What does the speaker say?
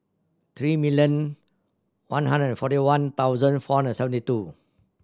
three million one hundred and forty one thousand four hundred and seventy two